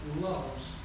loves